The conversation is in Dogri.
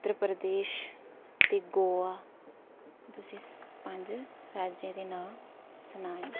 उत्तर प्रदेश ते गोवा तुसें ई पंज राज्यें दे नांऽ सनाए न